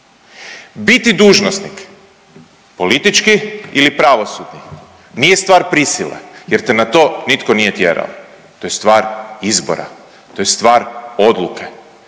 Biti dužnosnik politički ili pravosudni nije stvar prisile jer te na to nitko nije tjerao, to je stvar izbora i to je stvar odluke.